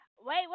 wait